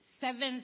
seventh